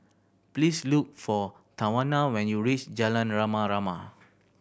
please look for Tawanna when you reach Jalan Rama Rama